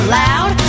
loud